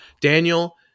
Daniel